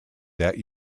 that